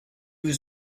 was